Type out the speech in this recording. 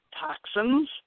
toxins